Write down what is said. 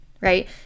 right